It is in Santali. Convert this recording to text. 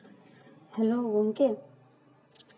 ᱦᱮᱞᱳ ᱜᱚᱢᱠᱮ